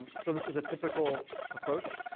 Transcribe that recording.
so this is a typical approach.